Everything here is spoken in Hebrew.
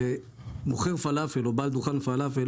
הרי מוכר פלאפל או בעל דוכן פלאפל,